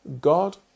God